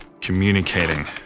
communicating